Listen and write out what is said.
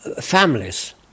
families